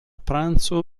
pranzo